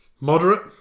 Moderate